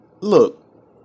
Look